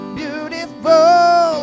beautiful